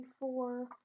four